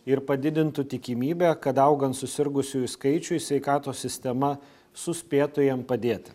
ir padidintų tikimybę kad augant susirgusiųjų skaičiui sveikatos sistema suspėtų jiem padėt